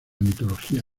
mitología